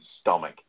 stomach